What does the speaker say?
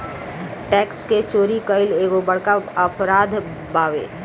tax के चोरी कईल एगो बहुत बड़का अपराध बावे